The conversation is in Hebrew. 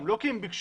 לא כי ביקשו,